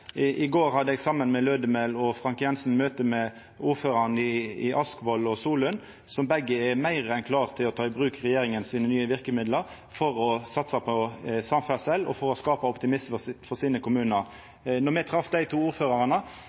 I går hadde eg saman med Lødemel og Frank Jenssen møte med ordførarane i Askvoll og Solund, som begge er meir enn klare til å ta i bruk regjeringa sine nye verkemiddel for å satsa på samferdsel og for å skapa optimisme for sine kommunar. Då me trefte dei to ordførarane,